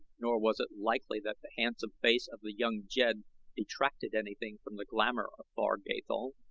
nor was it likely that the handsome face of the young jed detracted anything from the glamour of far gathol.